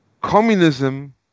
Communism